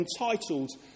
entitled